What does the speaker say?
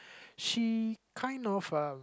she kind of uh